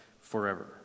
forever